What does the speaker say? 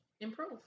improve